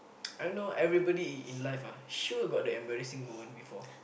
I don't know everybody in in life ah sure got that embarrassing moment before